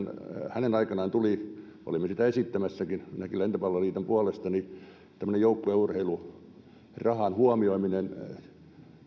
hänen aikanaan tuli olimme sitä esittämässäkin minäkin lentopalloliiton puolesta tämmöinen joukkueurheilurahan huomioiminen